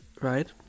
right